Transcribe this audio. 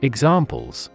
Examples